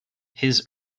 his